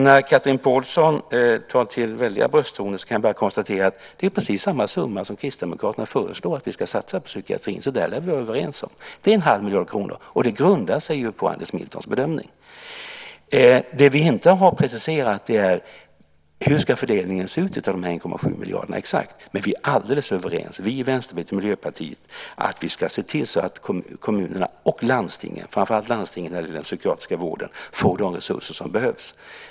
När Chatrine Pålsson tar till väldiga brösttoner kan jag bara konstatera att det är precis samma summa som Kristdemokraterna föreslår att vi ska satsa på psykiatrin. Det är vi alltså överens om. Det är en halv miljard kronor, och det grundar sig på Anders Miltons bedömning. Det som vi inte har preciserat är exakt hur fördelningen av dessa 1,7 miljarder ska se ut. Men vi är alldeles överens med Vänsterpartiet och Miljöpartiet om att vi ska se till att kommunerna och landstingen, framför allt landstingen eller den psykiatriska vården, får de resurser som behövs.